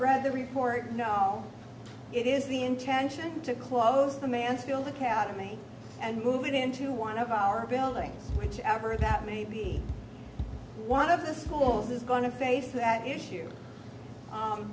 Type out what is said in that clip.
read the report no it is the intention to close the mansfield academy and move it into one of our buildings whichever that may be one of the schools is going to face that issue